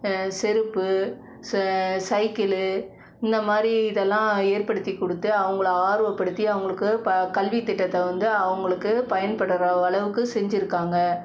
செருப்பு ச சைக்கிளு இந்தமாதிரி இதெல்லாம் ஏற்படுத்தி கொடுத்து அவங்கள ஆர்வப்படுத்தி அவர்களுக்கு ப கல்வி திட்டத்தை வந்து அவங்களுக்கு பயன்படுகிற அளவுக்கு செஞ்சுருக்காங்க